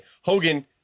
Hogan